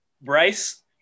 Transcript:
Bryce